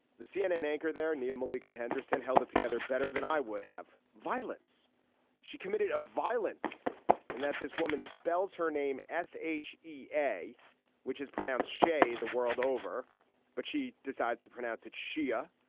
the cnn anchor there nia malika henderson held it together better than i would have. violence she committed violence and that this woman spells her name s h e a which is pronounced shay the world over but she decides to pronounce it shia.